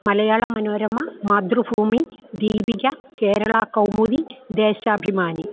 Malayala Manorama Mathrubhumi Deepika Keralakaumudi Deshabhimani